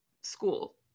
school